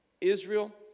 Israel